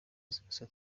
zose